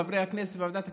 חברי הכנסת בוועדת הכספים,